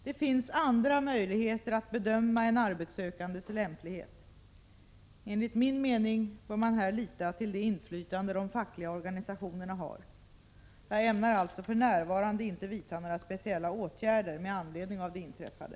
Det finns andra möjlighe ter att bedöma en arbetssökandes lämplighet. Enligt min mening bör man här lita till det inflytande de fackliga organisationerna har. Jag ämnar alltså för närvarande inte vidta några speciella åtgärder med anledning av det inträffade.